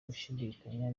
gushidikanya